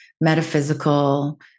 metaphysical